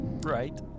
right